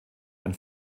ein